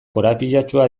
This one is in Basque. korapilatsua